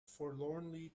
forlornly